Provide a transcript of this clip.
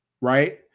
right